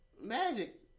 Magic